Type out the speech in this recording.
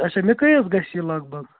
اَچھا مےٚ کٔہۍ حظ گژھِ یہِ لگ بَگ